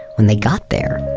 when they got there,